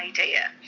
idea